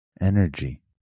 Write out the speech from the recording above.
energy